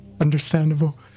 Understandable